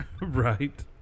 Right